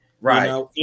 Right